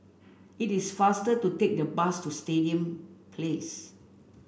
it is faster to take the bus to Stadium Place